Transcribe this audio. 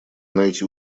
найти